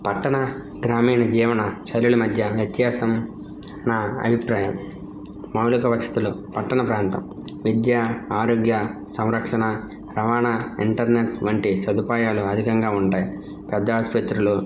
పట్టణా గ్రామీణ జీవన చర్యల మధ్య వ్యత్యాసం నా అభిప్రాయం మౌలిక వశతులు పట్టణ ప్రాంతం విద్యా ఆరోగ్య సంరక్షణ రవాణా ఇంటర్నెట్ వంటి సదుపాయాలు అధికంగా ఉంటాయి పెద్ద ఆసుపత్రులు